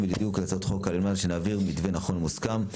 הצעת החוק על מנת שנעביר מתווה נכון ומוסכם.